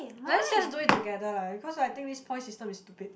let's just do it together lah because I think this point system is stupid